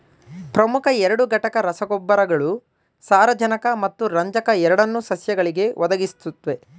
ಪ್ರಮುಖ ಎರಡು ಘಟಕ ರಸಗೊಬ್ಬರಗಳು ಸಾರಜನಕ ಮತ್ತು ರಂಜಕ ಎರಡನ್ನೂ ಸಸ್ಯಗಳಿಗೆ ಒದಗಿಸುತ್ವೆ